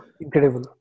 Incredible